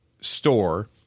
store